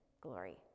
glory